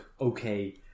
okay